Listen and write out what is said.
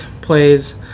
plays